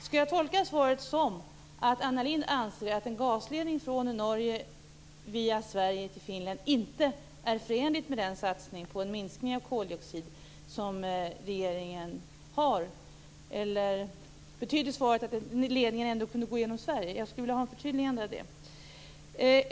Skall jag tolka svaret så, att Anna Lindh anser att en gasledning från Norge via Sverige till Finland inte är förenlig med den satsning på en minskning av koldioxid som regeringen förespråkar? Jag skulle vilja ha ett förtydligande här.